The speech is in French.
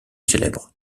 célèbre